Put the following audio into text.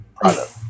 product